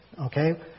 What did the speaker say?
okay